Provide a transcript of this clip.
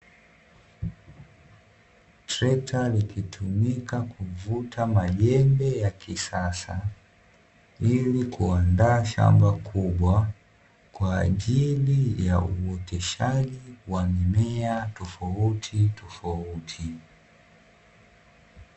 Trekta likitumika kuvuta majembe ya kisasa, ili kuandaa shamba kubwa kwa ajili ya uoteshaji wa mimea tofautitofatuti.